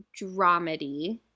dramedy